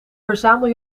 verzamel